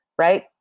right